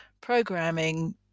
programming